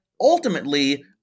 ultimately